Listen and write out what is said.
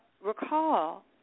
recall